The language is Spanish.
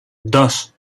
dos